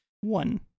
One